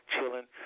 chilling